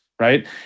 Right